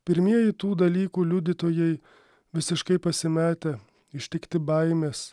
pirmieji tų dalykų liudytojai visiškai pasimetę ištikti baimės